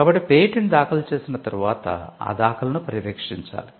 కాబట్టి పేటెంట్ దాఖలు చేసిన తరువాత ఆ దాఖలును పర్యవేక్షించాలి